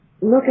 Look